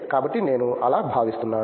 కాబట్టి నేను అలా భావిస్తున్నాను